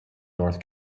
north